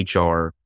HR